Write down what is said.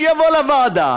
שיבוא לוועדה,